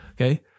Okay